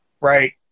right